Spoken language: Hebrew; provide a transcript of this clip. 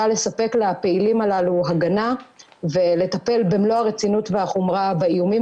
לספק לפעילים הללו הגנה ולטפל במלוא הרצינות והחומרה באיומים